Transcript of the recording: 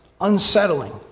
unsettling